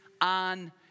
on